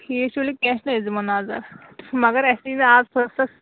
ٹھیٖک چھُ ؤلِو کیٚنٛہہ چھُنہٕ أسۍ دِمو نَظر مَگر اَسہِ یِیہِ نہٕ اَز فٔرصتھ